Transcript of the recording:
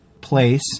place